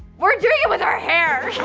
we're doing it with our hair!